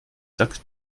sack